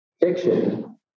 fiction